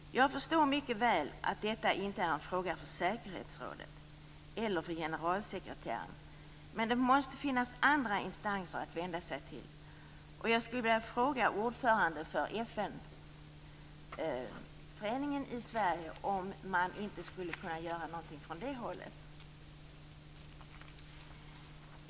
Jag förstår mycket väl att detta inte är en fråga för säkerhetsrådet eller för generalsekreteraren, men det måste finnas andra instanser att vända sig till. Sverige om man inte skulle kunna göra någonting från det hållet.